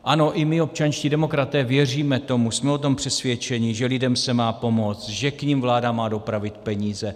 Ano, i my, občanští demokraté, věříme tomu, jsme o tom přesvědčeni, že lidem se má pomoct, že k nim vláda má dopravit peníze.